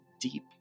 deep